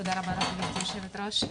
תודה לך גברתי יושבת הראש,